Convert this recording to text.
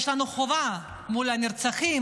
יש לנו חובה מול הנרצחים,